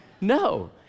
No